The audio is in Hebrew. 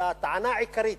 אלא טענה עיקרית.